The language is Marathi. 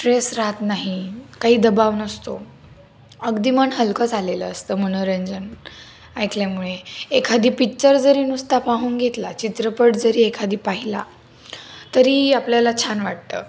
स्ट्रेस राहत नाही काही दबाव नसतो अगदी मन हलकं झालेलं असतं मनोरंजन ऐकल्यामुळे एखादी पिच्चर जरी नुसता पाहून घेतला चित्रपट जरी एखादी पाहिला तरी आपल्याला छान वाटतं